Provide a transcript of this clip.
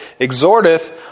exhorteth